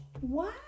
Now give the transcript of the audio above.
Wow